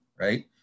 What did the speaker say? right